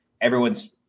Everyone's